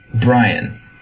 Brian